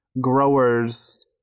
growers